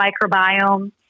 microbiome